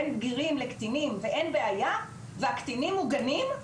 בין בגירים לבין קטינים ואין בעיה והקטינים מוגנים,